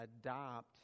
adopt